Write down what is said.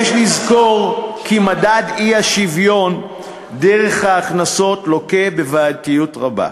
יש לזכור כי מדד האי-שוויון דרך ההכנסות לוקה בבעייתיות רבה.